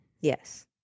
Yes